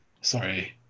sorry